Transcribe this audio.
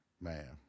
man